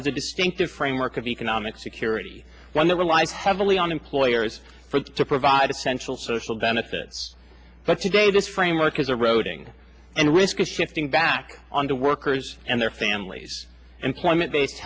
a distinctive framework of economic security one that relies heavily on employers to provide essential social benefits but today this framework is a roading and risk of shifting back on the workers and their families employment based